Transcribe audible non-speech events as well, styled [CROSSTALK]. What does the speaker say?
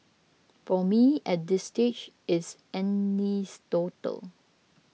for me at this stage it's [UNINTELLIGIBLE]